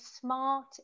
smart